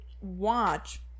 watch –